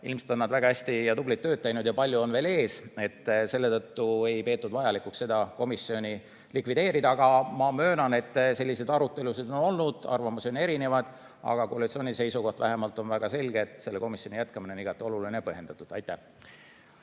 Ilmselt on nad väga hästi ja tublisti tööd teinud ja palju on veel ees ning selle tõttu ei peetud vajalikuks seda komisjoni likvideerida. Aga ma möönan, et selliseid arutelusid on olnud. Arvamusi on erinevaid, aga vähemalt koalitsiooni seisukoht on väga selge: selle komisjoni jätkamine on igati oluline ja põhjendatud. Aitäh,